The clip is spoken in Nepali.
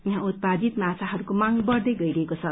यहाँ उत्पादित माछाहयको मांग बढ़दै गइरहेको छ